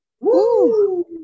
Woo